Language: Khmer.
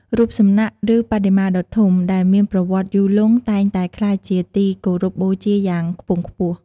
រូបសំណាក ឬបដិមាដ៏ធំ ដែលមានប្រវត្តិយូរលង់ តែងតែក្លាយជាទីគោរពបូជាយ៉ាងខ្ពង់ខ្ពស់។